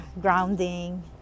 grounding